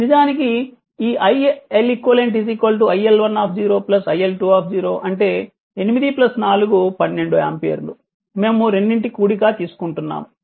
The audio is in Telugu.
ఈ నిజానికి iLeq iL1 iL2 అంటే 8 4 12 ఆంపియర్ మేము రెండిటి కూడిక తీసుకుంటున్నాము